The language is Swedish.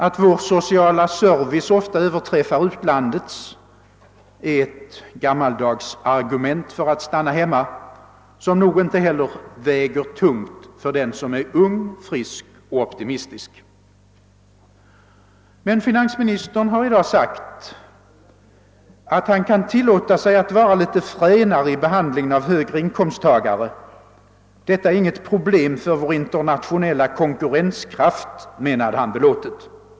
Att vår sociala service ofta överträffar utlandets är ett gammaldags argument för att stanna hemma, som nog inte heller väger tungt för den som är ung, frisk och optimistisk. Finansministern har emellertid i dag sagt att han kan tillåta sig att vara litet fränare vid behandlingen av höginkomsttagare. Detta är inget problem för vår internationella konkurrenskraft, menade han belåtet.